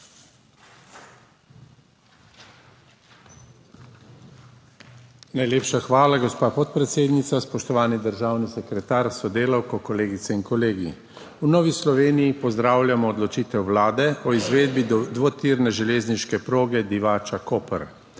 Najlepša hvala, gospa podpredsednica. Spoštovani državni sekretar s sodelavko, kolegice in kolegi! V Novi Sloveniji pozdravljamo odločitev Vlade o izvedbi dvotirne železniške proge Divača–Koper.